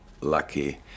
lucky